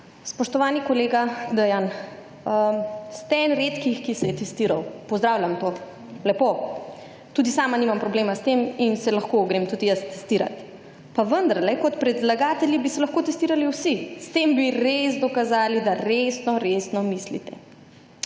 Spoštovani kolega Dejan. Ste en redkih, ki se je testiral, pozdravljam to, lepo. Tudi sama nimam problema s tem in se lahko grem tudi jaz testirat. Pa vendarle, kot predlagatelji bi se lahko testirali vsi. S tem bi res dokazali, da resno, resno mislite.